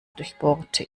durchbohrte